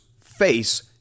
face